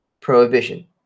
prohibition